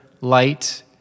light